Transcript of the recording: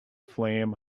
flame